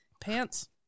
pants